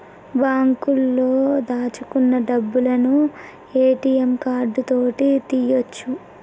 బాంకులో దాచుకున్న డబ్బులను ఏ.టి.యం కార్డు తోటి తీయ్యొచు